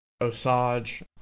Osage